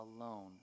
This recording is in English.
alone